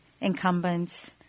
incumbents